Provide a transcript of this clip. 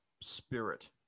spirit